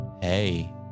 hey